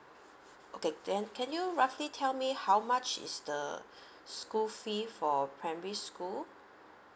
okay then can you roughly tell me how much is the school fee for primary school